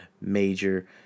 major